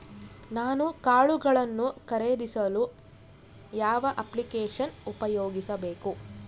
ನಾನು ಕಾಳುಗಳನ್ನು ಖರೇದಿಸಲು ಯಾವ ಅಪ್ಲಿಕೇಶನ್ ಉಪಯೋಗಿಸಬೇಕು?